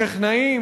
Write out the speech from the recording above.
טכנאים,